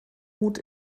gut